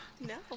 No